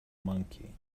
monkey